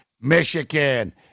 Michigan